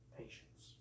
patience